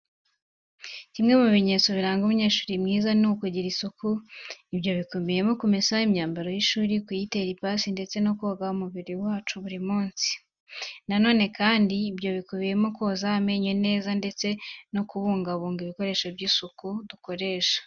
Kimwe mu bintu biranga umunyeshuri mwiza, ni ukugira isuku. Ibyo bikubiyemo kumesa imyambaro y'ishuri, kuyitera ipasi, ndetse ko koga umubiri wacu buri munsi. Na none kandi ibyo bikubiyemo koza amenyo neza ndetse no kubungabunga ibikoresho by'isuku dukoresha.